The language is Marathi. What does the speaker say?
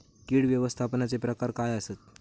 कीड व्यवस्थापनाचे प्रकार काय आसत?